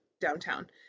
downtown